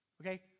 Okay